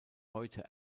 heute